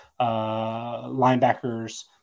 linebackers